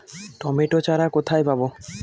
Tomato চারা কোথায় পাবো?